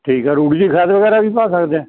ਠੀਕ ਆ ਰੂੜੀ ਦੀ ਖਾਦ ਵਗੈਰਾ ਵੀ ਪਾ ਸਕਦੇ ਆ